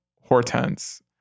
Hortense